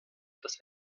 das